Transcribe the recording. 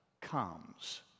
comes